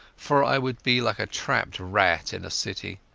for i would be like a trapped rat in a city.